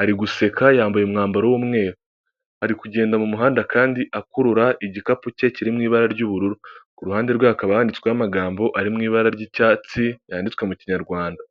Ari guseka yambaye umwambaro w'umweru. Ari kugenda mu muhanda kandi akurura igikapu cye kiri mu ibara ry'ubururu. Ku ruhande rwe hakaba handitsweho amagambo ari mu ibara ry'icyatsi, yanditswe mu kinyarwanda.